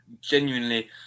genuinely